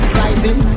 rising